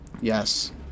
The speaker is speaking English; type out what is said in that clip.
Yes